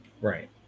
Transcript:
right